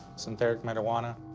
synthetic marijuana.